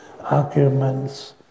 arguments